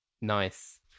Nice